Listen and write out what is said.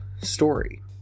story